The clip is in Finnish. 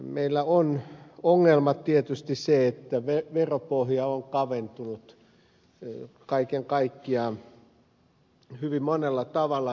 meillä on ongelma tietysti se että veropohja on kaventunut kaiken kaikkiaan hyvin monella tavalla